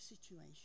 situation